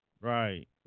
Right